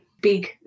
big